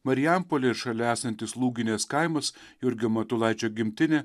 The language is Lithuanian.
marijampolėj šalia esantis lūginės kaimas jurgio matulaičio gimtinė